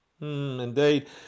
Indeed